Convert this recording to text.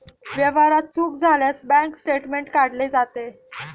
व्यवहारात चूक झाल्यास बँक स्टेटमेंट काढले जाते